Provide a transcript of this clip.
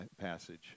passage